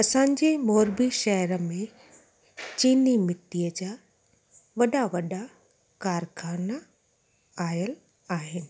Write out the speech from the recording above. असांजे मोर्बी शहर में चीनी मिटीअ जा वॾा वॾा कारख़ाना आयलु आहिनि